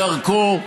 בדרכו,